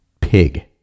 Pig